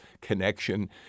connection